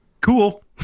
Cool